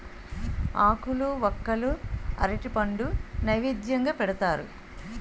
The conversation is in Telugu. ఆకులు వక్కలు అరటిపండు నైవేద్యంగా పెడతారు